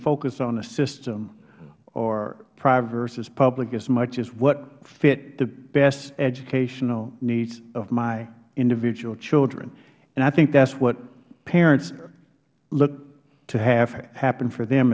focused on the system or private versus public as much as what fit the best educational needs of my individual children and i think that is what parents look to have happen for them